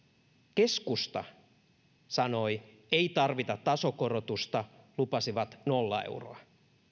keskusta sanoi että ei tarvita tasokorotusta ja he lupasivat nolla euroa